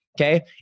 okay